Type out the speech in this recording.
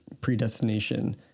predestination